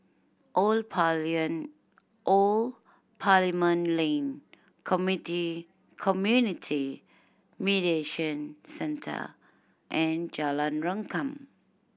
Old Old Parliament Lane Community Mediation Centre and Jalan Rengkam